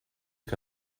que